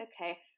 okay